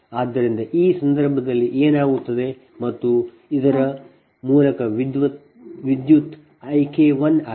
ಆದ್ದರಿಂದ ಆ ಸಂದರ್ಭದಲ್ಲಿ ಏನಾಗುತ್ತದೆ ಮತ್ತು ಇದರ ಮೂಲಕ ವಿದ್ಯುತ್ I K1 ಆಗಿದೆ